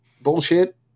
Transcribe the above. bullshit